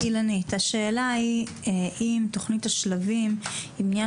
השאלה היא אם תוכנית השלבים היא בנייה